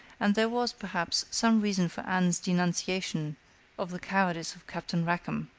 and there was, perhaps, some reason for anne's denunciation of the cowardice of captain rackham.